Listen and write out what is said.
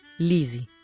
lizzie.